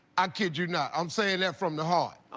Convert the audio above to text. i kid you not. i'm saying that from the heart.